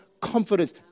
confidence